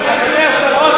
זה עלול לקרות,